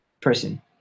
person